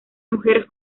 mujer